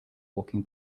walking